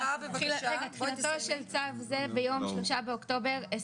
תחילתו של צו זה ביום 3.10.2021,